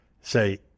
say